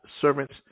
servants